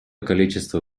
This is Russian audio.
количество